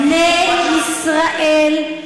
בָּנִי ישראל,